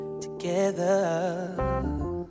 together